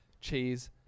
cheese